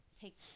take